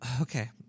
okay